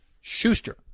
Schuster